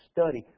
study